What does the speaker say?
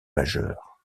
majeures